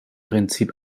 prinzip